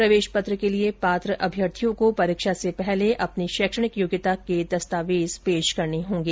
प्रवेश पत्र के लिए पात्र अभ्यर्थियों को परीक्षा से पहले अपनी शैक्षणिक योग्यता के दस्तार्वज पेश करने होगें